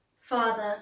Father